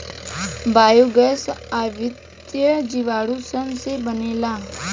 biogas अवायवीय जीवाणु सन से बनेला